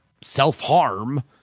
self-harm